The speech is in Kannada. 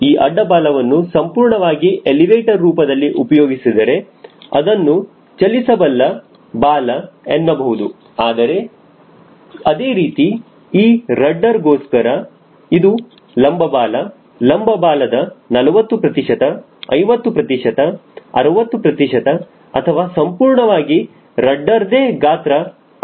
ಈ ಅಡ್ಡ ಬಾಲವನ್ನು ಸಂಪೂರ್ಣವಾಗಿ ಎಲಿವೇಟರ್ ರೂಪದಲ್ಲಿ ಉಪಯೋಗಿಸಿದರೆ ಅದನ್ನು ಚಲಿಸಬಲ್ಲ ಬಾಲ ಎನ್ನಬಹುದು ಅದೇ ರೀತಿ ಈ ರಡ್ಡರ ಗೋಸ್ಕರ ಇದು ಲಂಬ ಬಾಲ ಲಂಬ ಬಾಲದ 40 ಪ್ರತಿಶತ 50 ಪ್ರತಿಶತ 60 ಪ್ರತಿಶತ ಅಥವಾ ಸಂಪೂರ್ಣವಾಗಿ ರಡ್ಡರ ದೇ ಗಾತ್ರ ಆಗಿರುತ್ತದೆ